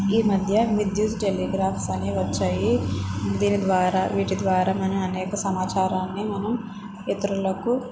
ఈ మధ్య విద్యుత్ టెలిగ్రామ్స్ అనేవి వచ్చాయి దీని ద్వారా వీటి ద్వారా మన అనేక సమాచారాన్ని మనం ఇతరులకు